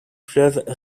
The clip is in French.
fleuve